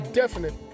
definite